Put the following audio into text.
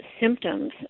symptoms